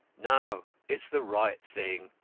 no it's the right thing,